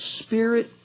Spirit